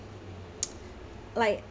like